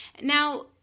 Now